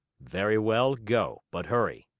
very well, go but hurry.